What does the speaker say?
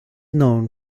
known